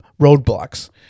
roadblocks